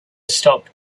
stop